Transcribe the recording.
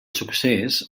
succés